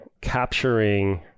capturing